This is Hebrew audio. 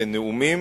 כנאומים,